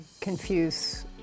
confuse